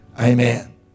Amen